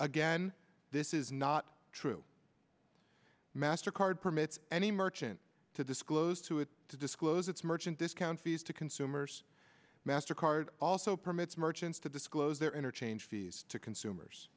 again this is not true mastercard permits any merchant to disclose to it to disclose its merchant discount fees to consumers mastercard also permits merchants to disclose their interchange fees to consumers